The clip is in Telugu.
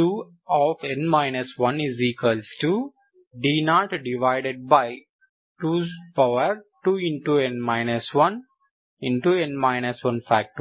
d2n 1d022n 1n 1